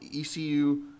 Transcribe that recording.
ECU –